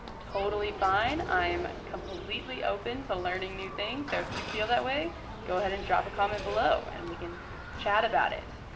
totally fine. i'm completely open to learning new things. so if you feel that way go ahead and drop a comment below and we can chat about it.